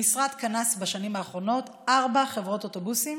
המשרד קנס בשנים האחרונות ארבע חברות אוטובוסים